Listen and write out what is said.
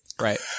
Right